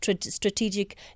strategic